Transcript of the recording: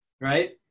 right